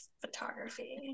photography